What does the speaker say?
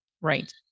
Right